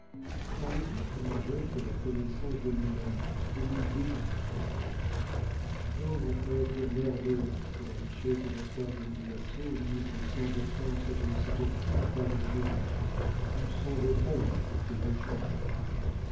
car le doute nous ôte la connaissance de nous-mêmes et nous dégoûte de la vie pauvres créatures nerveuses que la richesse de votre organisation livre sans défense à je ne sais quel fatal génie où sont vos pairs et vos juges